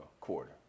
quarter